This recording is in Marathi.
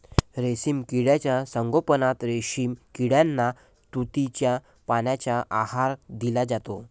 रेशीम किड्यांच्या संगोपनात रेशीम किड्यांना तुतीच्या पानांचा आहार दिला जातो